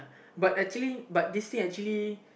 but actually but this year actually